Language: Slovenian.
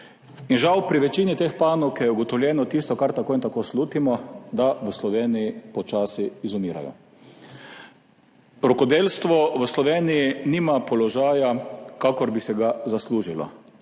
Žal je pri večini teh panog ugotovljeno tisto, kar tako in tako slutimo, da v Sloveniji počasi izumirajo. Rokodelstvo v Sloveniji nima položaja, ki bi si ga zaslužilo,